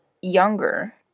younger